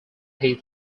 his